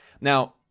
Now